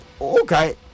Okay